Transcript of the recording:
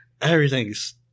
Everything's